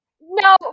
no